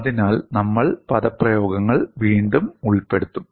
അതിനാൽ നമ്മൾ പദപ്രയോഗങ്ങൾ വീണ്ടും ഉൾപ്പെടുത്തും